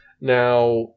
Now